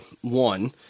one